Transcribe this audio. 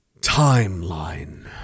timeline